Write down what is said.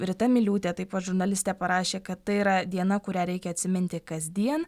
rita miliūtė taip pat žurnalistė parašė kad tai yra diena kurią reikia atsiminti kasdien